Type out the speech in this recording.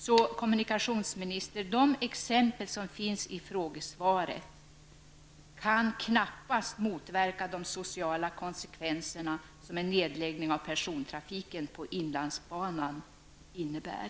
Så, kommunikationsministern, de exempel som ges i frågesvaret kan knappast motverka de sociala konsekvenserna som en nedläggning av persontrafiken på inlandsbanan innebär.